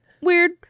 weird